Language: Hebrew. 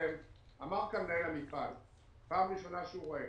אמר כאן מנהל המפעל שפעם ראשונה שהוא רואה